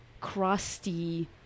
crusty